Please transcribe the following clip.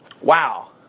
wow